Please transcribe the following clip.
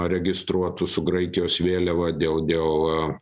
registruotų su graikijos vėliava dėl dėl